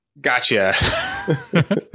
Gotcha